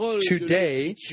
Today